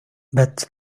but